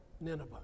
Nineveh